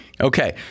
Okay